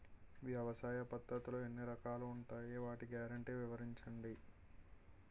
వ్యవసాయ పద్ధతులు ఎన్ని రకాలు ఉంటాయి? వాటి గ్యారంటీ వివరించండి?